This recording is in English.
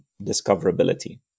discoverability